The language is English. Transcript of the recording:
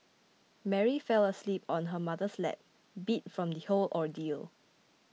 Mary fell asleep on her mother's lap beat from the whole ordeal